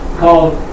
called